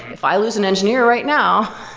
if i lose an engineer right now,